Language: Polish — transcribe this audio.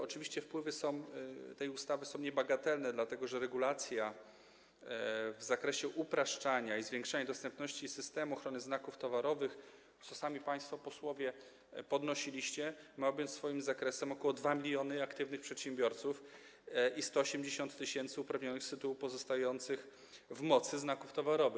Oczywiście wpływy tej ustawy są niebagatelne, dlatego że regulacja w zakresie upraszczania i zwiększania dostępności systemu ochrony znaków towarowych, co sami państwo posłowie podnosiliście, ma objąć swoim zakresem ok. 2 mln aktywnych przedsiębiorców i 180 tys. uprawnionych z tytułu pozostających w mocy znaków towarowych.